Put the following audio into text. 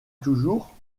toujours